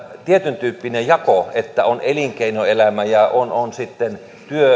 tietyntyyppinen jako että on elinkeinoelämä ja on on sitten